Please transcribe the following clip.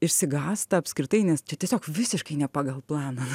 išsigąsta apskritai nes čia tiesiog visiškai ne pagal planą